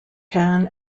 can